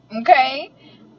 okay